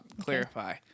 clarify